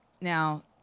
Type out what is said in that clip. now